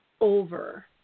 over